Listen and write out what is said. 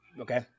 Okay